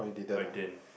I didn't